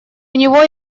него